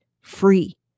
free